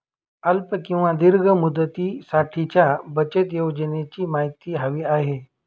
अल्प किंवा दीर्घ मुदतीसाठीच्या बचत योजनेची माहिती हवी आहे